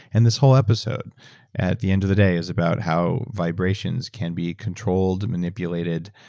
and this whole episode at the end of the day is about how vibrations can be controlled manipulated,